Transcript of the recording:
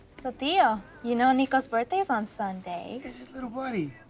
so tio, you know nico's birthday's on sunday. is it, little buddy?